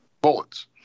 bullets